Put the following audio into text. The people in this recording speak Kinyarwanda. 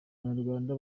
abanyarwanda